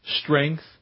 strength